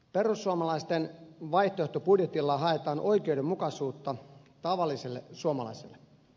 perussuomalaisten vaihtoehtobudjetilla haetaan oikeudenmukaisuutta tavalliselle suomalaiselle